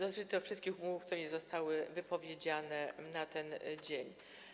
Dotyczy to wszystkich umów, które nie zostały wypowiedziane na ten dzień.